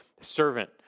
servant